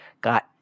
got